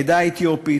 העדה האתיופית,